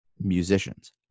musicians